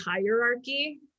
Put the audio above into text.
hierarchy